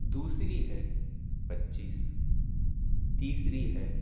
दूसरी है पच्चीस तीसरी है